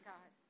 God